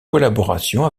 collaboration